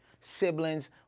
siblings